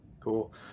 Cool